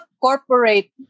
corporate